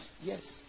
Yes